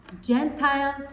Gentile